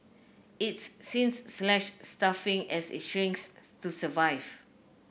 it's since slashed staffing as it shrinks to survive